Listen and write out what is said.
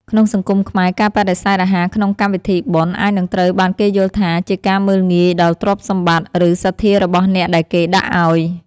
ក្នុងសង្គមខ្មែរការបដិសេធអាហារក្នុងកម្មវិធីបុណ្យ អាចនឹងត្រូវបានគេយល់ថាជាការមើលងាយដល់ទ្រព្យសម្បត្តិ ឬសទ្ធារបស់អ្នកដែលគេដាក់ឱ្យ។